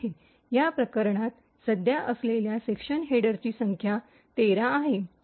या प्रकरणात सध्या असलेल्या सेक्शन हेडरची संख्या १३ आहे